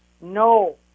no